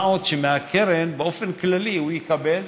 מה עוד שמהקרן באופן כללי הוא יקבל